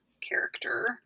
character